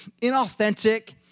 inauthentic